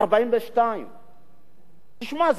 42. תשמע,